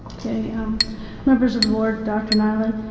um members of the board, dr. nyland,